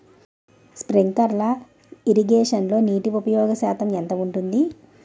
Sprinkler ఇరగేషన్లో నీటి ఉపయోగ శాతం ఎంత ఉంటుంది?